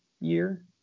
year